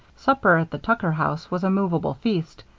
supper at the tucker house was a movable feast,